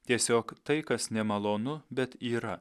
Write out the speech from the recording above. tiesiog tai kas nemalonu bet yra